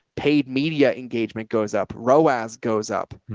paid media engagement goes up, roaz goes up.